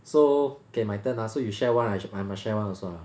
so okay my turn ah so you share one I I must share one also ah